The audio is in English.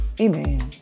Amen